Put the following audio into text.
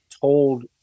told